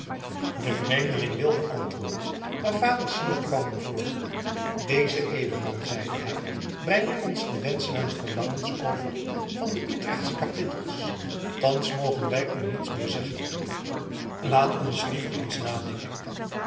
de vreemdeling wilde antwoorden maar vader syard kwam hem voor deze edelman zeide hij brengt ons de wenschen en verlangens over van de utrechtsche kapittels thans mogen wij u niets meer zeggen laat ons liever eens nadenken